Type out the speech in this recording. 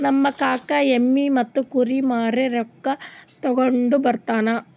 ನಮ್ ಕಾಕಾ ಎಮ್ಮಿ ಮತ್ತ ಕುರಿ ಮಾರಿ ರೊಕ್ಕಾ ತಗೊಂಡ್ ಬರ್ತಾನ್